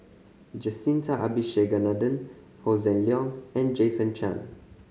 Jacintha Abisheganaden Hossan Leong and Jason Chan